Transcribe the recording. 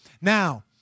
Now